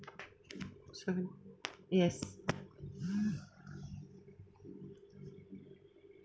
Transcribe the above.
sorry yes